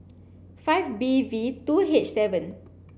five B V two H seven